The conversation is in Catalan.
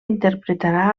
interpretarà